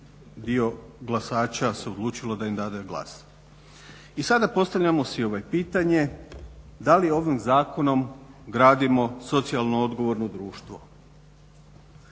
dio glasača se odlučilo da im dade glas. I sada postavljamo si pitanje, da li ovim zakonom gradimo socijalno odgovorno društvo.